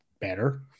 better